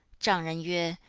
zhang ren yue,